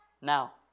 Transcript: Now